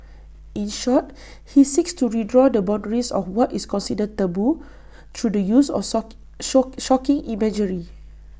in short he seeks to redraw the boundaries of what is considered 'taboo' through the use of sock shock 'shocking' imagery